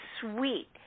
sweet